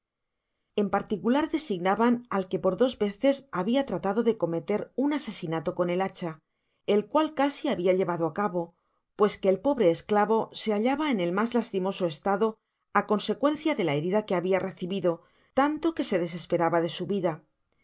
en particular designaban al que por dos veces habia tratado de cometer un asesinato con el hacha el cual casi habia llevado á cabo pues que el pobre esclavo se hallaba en el mas lastimoso estado á consecuencia de la herida que habia recibido tanto que se desesperaba de su vida